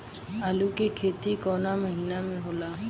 आलू के खेती कवना महीना में होला?